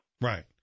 right